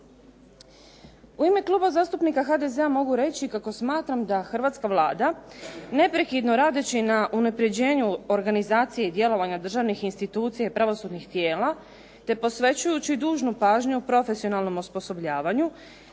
U ime kluba zastupnika HDZ-a mogu reći kako smatram da hrvatska Vlada neprekidno radeći na unapređenju organizacije i djelovanja državnih institucija i pravosudnih tijela, te posvećujući dužnu pažnju profesionalnom osposobljavanju,